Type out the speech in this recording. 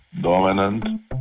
dominant